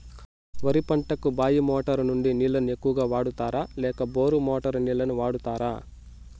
వరి పంటకు బాయి మోటారు నుండి నీళ్ళని ఎక్కువగా వాడుతారా లేక బోరు మోటారు నీళ్ళని వాడుతారా?